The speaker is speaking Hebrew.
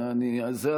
זה,